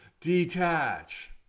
detach